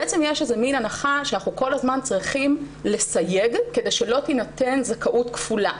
בעצם יש הנחה שאנחנו כל הזמן צריכים לסייג כדי שלא תינתן זכאות כפולה.